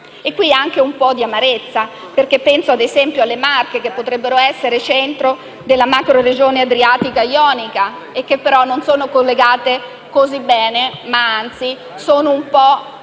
ho anche un po' di amarezza, perché penso ad esempio alle Marche, che potrebbero essere centro della macroregione adriaticoionica e che però non sono collegate così bene, anzi, dal punto